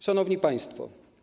Szanowni Państwo!